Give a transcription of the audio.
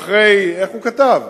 איך הוא כתב?